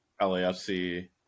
LAFC